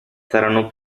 saranno